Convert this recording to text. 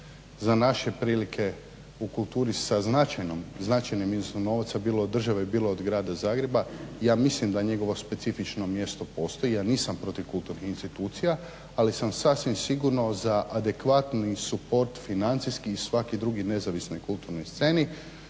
za naše prilike u kulturi sa značajnim iznosom novca bilo od države, bilo od grada Zagreba. Ja mislim da njegovo specifično mjesto postoji. Ja nisam protiv kulturnih institucija, ali sam sasvim sigurno za adekvatni suport financijski i svaki drugi nezavisnoj i kulturnoj sceni.